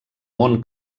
món